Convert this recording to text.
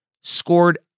scored